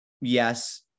yes